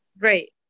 Right